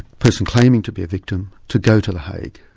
person claiming to be a victim, to go to the hague.